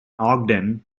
ogden